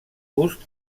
gust